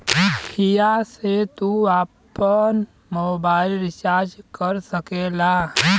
हिया से तू आफन मोबाइल रीचार्ज कर सकेला